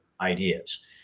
ideas